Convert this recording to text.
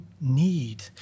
need